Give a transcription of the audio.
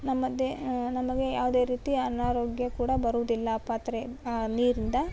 ನಮ್ಮ ದೆ ನಮಗೆ ಯಾವುದೆ ರೀತಿಯ ಅನಾರೋಗ್ಯ ಕೂಡ ಬರೋದಿಲ್ಲ ಪಾತ್ರೆ ನೀರಿಂದ